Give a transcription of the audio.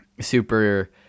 super